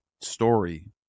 story